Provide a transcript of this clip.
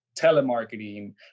telemarketing